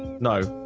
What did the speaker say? no